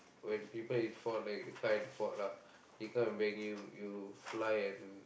when people in fault right the car at fault lah the car bang you you fly and